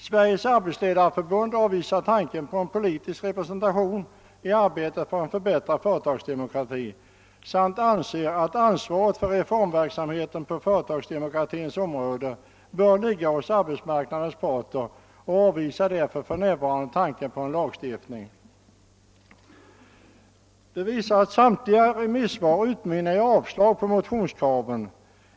Sveriges arbetsledareförbund avvisar tanken på en politisk representation i arbetet för en förbättrad företagsdemokrati samt anser att ansvaret för reformverksamheten på företagsdemokratins område bör ligga hos arbetsmarknadens parter. Man önskar därför inte för närvarande någon lagstiftning. Samtliga remissvar utmynnar i avslag på motionskraven.